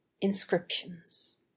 Inscriptions